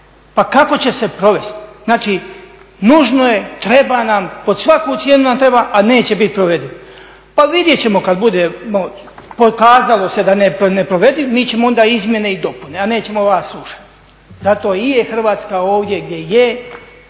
Pa kako će se provesti? Znači nužno je, treba nam, pod svaku cijenu nam treba, a neće bit provediv. Pa vidjet ćemo kad budemo pokazalo se da je neprovediv mi ćemo onda izmjene i dopune, a nećemo vas slušati. Zato i je Hrvatska ovdje gdje je